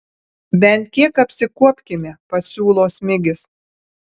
bent kiek apsikuopkime pasiūlo smigis